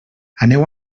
aneu